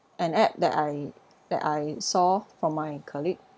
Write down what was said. an app that I that I saw from my colleague